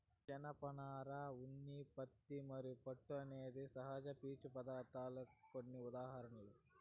జనపనార, ఉన్ని, పత్తి మరియు పట్టు అనేవి సహజ పీచు పదార్ధాలకు కొన్ని ఉదాహరణలు